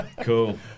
Cool